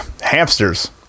hamsters